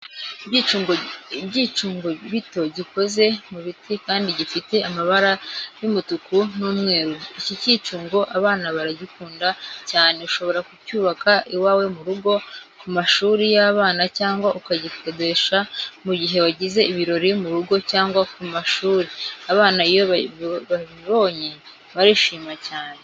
Icyicungo gito gikoze mu biti kandi gifite amabara y'umutuku n'umweru, iki cyicungo abana baragikunda cyane, ushobora kucyubaka iwawe mu rugo, ku mashuri y'abana, cyangwa ukagikodesha mu gihe wagize ibirori mu rugo cyangwa ku mashuri, abana iyo bakibonye barishima cyane.